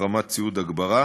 בהחרמת ציוד הגברה,